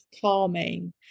calming